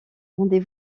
rendez